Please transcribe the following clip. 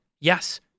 Yes